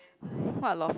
what law for